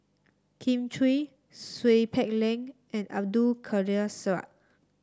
Kin Chui Seow Peck Leng and Abdul Kadir Syed